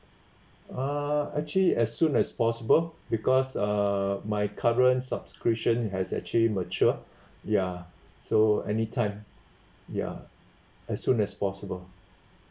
ah actually as soon as possible because uh my current subscription has actually mature ya so any time ya as soon as possible